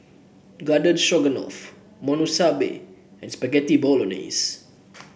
Garden Stroganoff Monsunabe and Spaghetti Bolognese